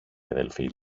αδελφή